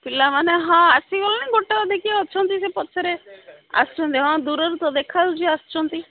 ପିଲାମାନେ ହଁ ଆସିଗଲେଣି ଗୋଟେ ଅଧେ କିଏ ଅଛନ୍ତି ସେ ପଛରେ ଆସୁଛନ୍ତି ହଁ ଦୂରରୁ ତ ଦେଖାଯାଉଛି ଆସୁଛନ୍ତି